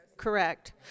correct